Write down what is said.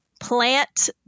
plant